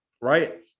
right